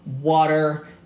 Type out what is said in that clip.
water